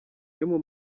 emu